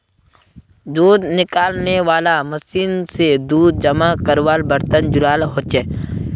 दूध निकालनेवाला मशीन से दूध जमा कारवार बर्तन जुराल होचे